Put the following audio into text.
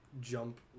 jump